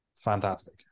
fantastic